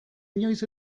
inoiz